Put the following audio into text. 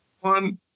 one